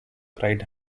cried